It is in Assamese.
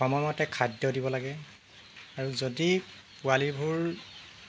সময়মতে খাদ্য দিব লাগে আৰু যদি পোৱালিবোৰ